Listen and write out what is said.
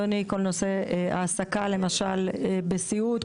כל נושא ההעסקה למשל בסיעוד,